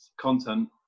content